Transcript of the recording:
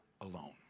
alone